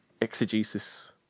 exegesis